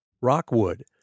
Rockwood